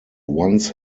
once